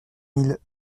mille